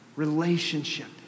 relationship